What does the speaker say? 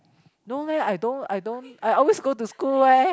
no leh I don't I don't I always go to school eh